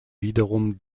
wiederum